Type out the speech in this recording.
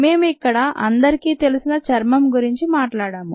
మేము ఇక్కడ అందరికీ తెలిసిన చర్మం గురించి మాట్లాడము